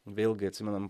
vėlgi atsimenam